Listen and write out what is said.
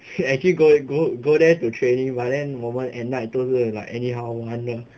actually go go go there to training but then 我们 at night 都是 like anyhow 我们的